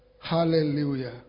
Hallelujah